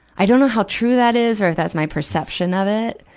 i don't know how true that is, or if that's my perception of it.